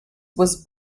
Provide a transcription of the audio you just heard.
was